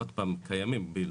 עוד פעם, קיימים.